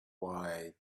why